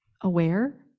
aware